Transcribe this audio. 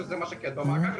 שזה מה שכעת במאגר,